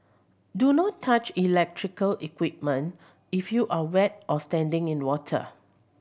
do not touch electrical equipment if you are wet or standing in water